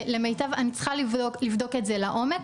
אני צריכה לבדוק את זה לעומק,